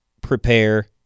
prepare